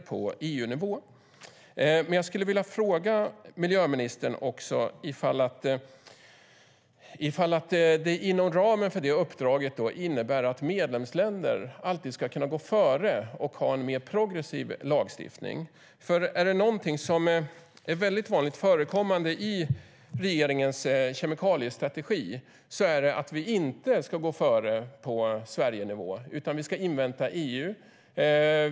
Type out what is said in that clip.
Jag skulle dock vilja fråga miljöministern om det inom ramen för uppdraget ingår att medlemsländer alltid ska kunna gå före och ha en mer progressiv lagstiftning. Är det någonting som är vanligt förekommande i regeringens kemikaliestrategi är det nämligen att vi inte ska gå före på Sverigenivå, utan vi ska invänta EU.